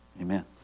amen